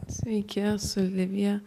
sveiki esu livija